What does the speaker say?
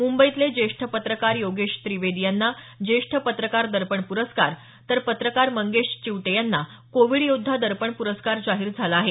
मुंबईतले ज्येष्ठ पत्रकार योगेश त्रिवेदी यांना ज्येष्ठ पत्रकार दर्पण पुरस्कार तर पत्रकार मंगेश चिवटे यांना कोविड योद्धा दर्पण पुरस्कार जाहीर झाला आहे